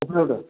ഓഫിസിലോട്ട്